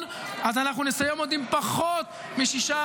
אז אנחנו נסיים עם עוד פחות מ-6.6%.